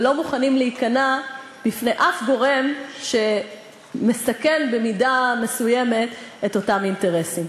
ולא מוכנים להיכנע בפני אף גורם שמסכן במידה מסוימת את אותם אינטרסים.